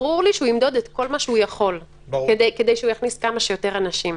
ברור לי שהוא ימדוד את כל מה שהוא יכול כדי להכניס כמה שיותר אנשים.